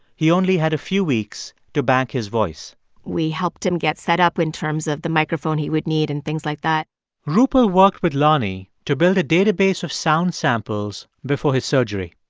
he only had a few weeks to back his voice we helped him get set up in terms of the microphone he would need, and things like that rupal walked with lonnie to build a database of sound samples before his surgery.